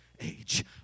age